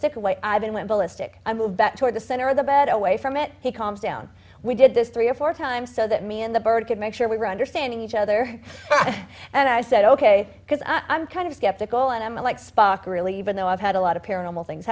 stick away i've been went ballistic i move back toward the center of the bed away from it he calms down we did this three or four times so that me and the bird could make sure we were understanding each other and i said ok because i'm kind of skeptical and i'm like spock really even though i've had a lot of paranormal things